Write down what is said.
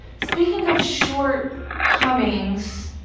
speaking of short comings.